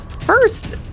First